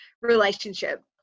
relationship